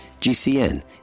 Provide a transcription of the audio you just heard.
GCN